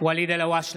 ואליד אלהואשלה,